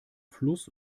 fluss